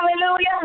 hallelujah